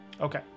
Okay